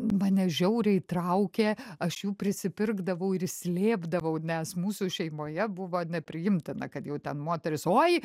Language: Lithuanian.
mane žiauriai traukė aš jų prisipirkdavau ir slėpdavau nes mūsų šeimoje buvo nepriimtina kad jau ten moteris oi